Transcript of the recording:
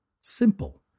Simple